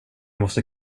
måste